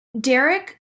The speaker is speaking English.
Derek